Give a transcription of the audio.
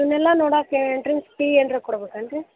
ಇವನ್ನೆಲ್ಲಾ ನೋಡಾಕೆ entrance fee ಏನಾರ ಕೊಡ್ಬೇಕಾ ಏನು ರೀ